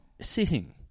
sitting